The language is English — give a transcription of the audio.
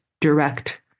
direct